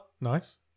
Nice